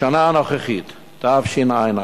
בשנה הנוכחית, תשע"א,